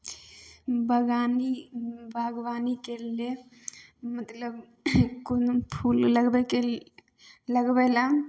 बगानी बागवानीके लेल मतलब कोनो फूल लगबैके लगबैलए